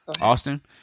austin